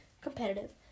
competitive